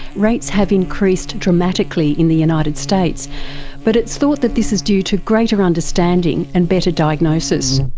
rates have increased dramatically in the united states but it's thought that this is due to greater understanding and better diagnosis.